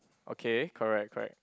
okay correct correct